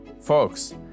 Folks